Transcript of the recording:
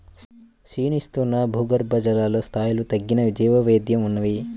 క్షీణిస్తున్న భూగర్భజల స్థాయిలు తగ్గిన జీవవైవిధ్యం ఉన్నాయి